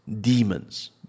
Demons